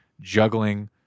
juggling